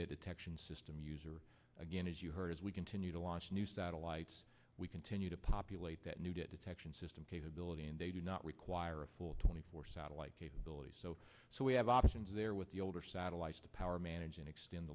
detection system user again as you heard as we continue to launch new satellites we continue to populate that new detection system capability and they do not require a full twenty four satellite capability so so we have options there with the older satellites to power manage and extend